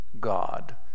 God